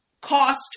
cost